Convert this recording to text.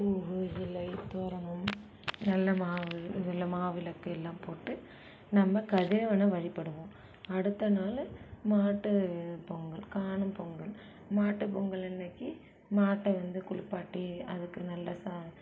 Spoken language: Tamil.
பூ இலை தோரணம் வெல்ல மாவு வெல்ல மாவிளக்கு எல்லாம் போட்டு நம்ம கதிரவனை வழிபடுவோம் அடுத்த நாள் மாட்டு பொங்கல் காணும் பொங்கல் மாட்டு பொங்கல் அன்னைக்கி மாட்டை வந்து குளிப்பாட்டி அதுக்கு நல்ல